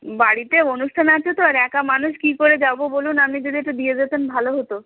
বাড়িতে অনুষ্ঠান আছে তো আর একা মানুষ কি করে যাবো বলুন আমনি যদি এটু দিয়ে যেতেন ভালো হতো